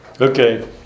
Okay